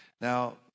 Now